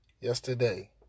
yesterday